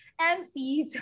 MCs